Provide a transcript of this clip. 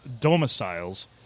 domiciles